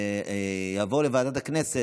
זה יעבור לוועדת הכנסת.